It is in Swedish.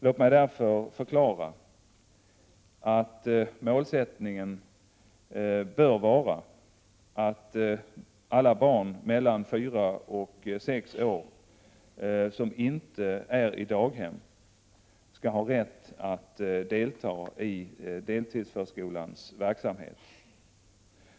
Låt mig därför förklara att målsättningen bör vara att alla barn mellan fyra och sex år som inte är i daghem skall ha rätt att delta i deltidsförskolans verksamhet.